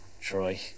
Troy